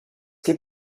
give